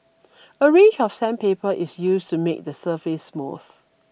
a range of sandpaper is used to make the surface smooth